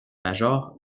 major